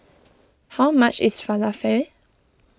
how much is Falafel